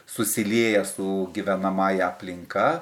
susilieja su gyvenamąja aplinka